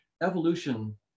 evolution